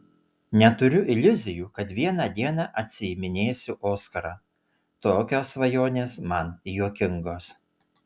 neturiu iliuzijų kad vieną dieną atsiiminėsiu oskarą tokios svajonės man juokingos